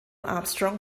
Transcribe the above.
armstrong